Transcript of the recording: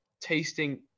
tasting